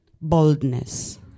Boldness